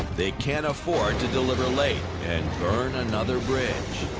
they can't afford to deliver late and burn another bridge.